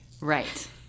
Right